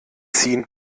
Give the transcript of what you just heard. ziehen